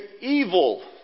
evil